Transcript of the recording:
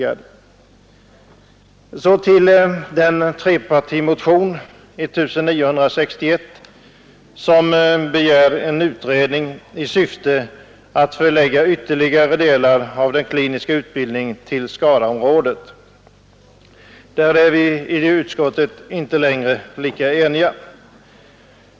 När det sedan gäller trepartimotionen 1961, i vilken begärs en utredning i syfte att förlägga ytterligare delar av den kliniska utbildningen till Skaraområdet, är vi i utskottet inte längre lika eniga.